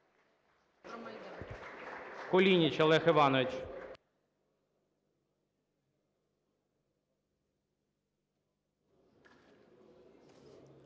Кулініч Олег Іванович.